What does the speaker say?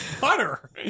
butter